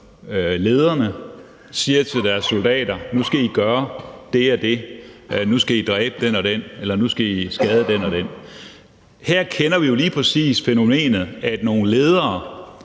lederne, siger til deres soldater: Nu skal I gøre det og det, nu skal I dræbe den og den, eller nu skal I skade den og den. Her kender vi jo lige præcis fænomenet, at nogle ledere,